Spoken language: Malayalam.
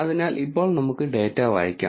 അതിനാൽ ഇപ്പോൾ നമുക്ക് ഡാറ്റ വായിക്കാം